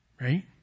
right